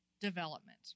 development